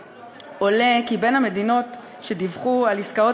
עולה כי בין המדינות שדיווחו על עסקאות